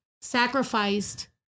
sacrificed